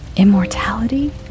Immortality